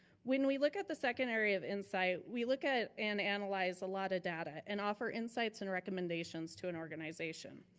when we look at the second area of insight, we look at and analyze a lot of data, and offer insights and recommendations to an organization.